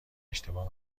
اشتباه